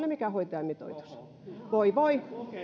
ole mikään hoitajamitoitus voi voi